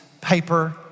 paper